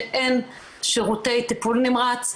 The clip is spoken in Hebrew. שאין שירותי טיפול נמרץ.